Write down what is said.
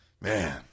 Man